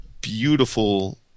beautiful